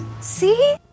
See